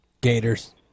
Gators